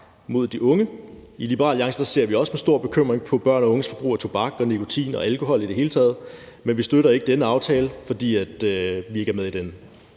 mod de unge. I Liberal Alliance ser vi også med stor bekymring på børn og unges forbrug af tobak og nikotin og alkohol i det hele taget, men vi støtter ikke den her del af lovforslaget, fordi vi ikke er med i